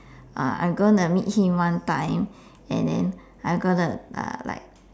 uh I'm gonna meet him one time and then I'm gonna uh like